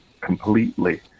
completely